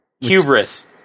Hubris